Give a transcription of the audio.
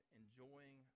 enjoying